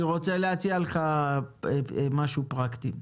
אני רוצה להציע לך משהו פרקטי.